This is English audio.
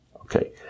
okay